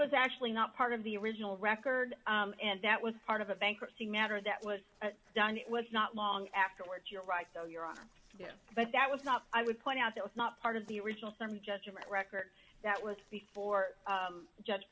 was actually not part of the original record and that was part of a bankruptcy matter that was done it was not long afterward you're right though your honor but that was not i would point out that was not part of the original some judgment record that was before judge